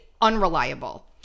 unreliable